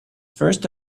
first